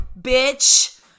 bitch